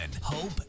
hope